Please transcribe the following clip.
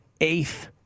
eighth